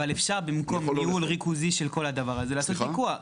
אפשר לעשות פיקוח.